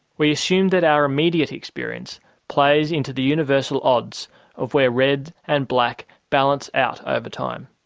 we assume that our immediate experience plays into the universal odds of where red and black balance out over time.